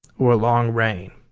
or a long rain.